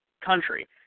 country